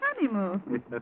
honeymoon